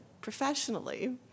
professionally